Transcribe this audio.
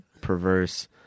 Perverse